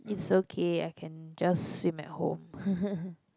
it's okay I can just swim at home